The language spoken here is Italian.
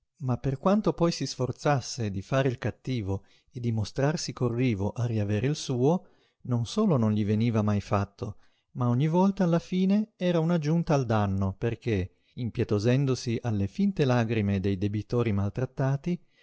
ma per quanto poi si sforzasse di fare il cattivo e di mostrarsi corrivo a riavere il suo non solo non gli veniva mai fatto ma ogni volta alla fine era una giunta al danno perché impietosendosi alle finte lagrime dei debitori maltrattati